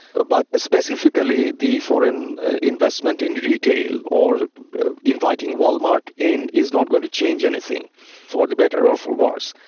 but specifically the foreign investment in retail, or inviting wal-mart in, is not going to change anything for the better or for worse.